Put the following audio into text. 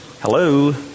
hello